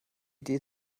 idee